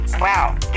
wow